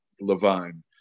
Levine